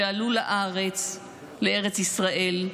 שעלו לארץ ישראל,